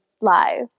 live